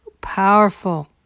powerful